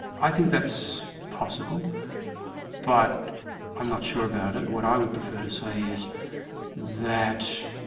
i think that's possible but i'm not sure about it. what i would prefer to say is that